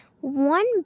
one